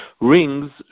Rings